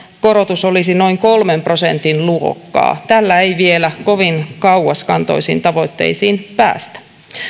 korotus olisi noin kolmen prosentin luokkaa tällä ei vielä kovin kauaskantoisiin tavoitteisiin päästä